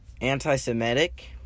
Anti-Semitic